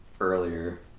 earlier